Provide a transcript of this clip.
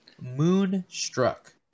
Moonstruck